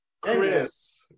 chris